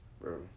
Bro